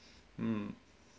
mm